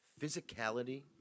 physicality